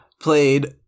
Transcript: played